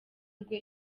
rwe